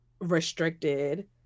restricted